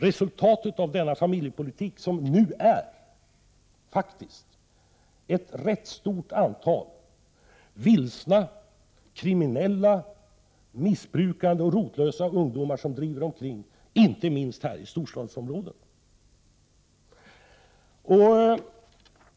Resultatet av den nuvarande familjepolitiken är faktiskt ett rätt stort antal vilsna, kriminella, missbrukande och rotlösa ungdomar, som driver omkring inte minst i storstadsområdena.